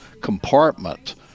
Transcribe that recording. compartment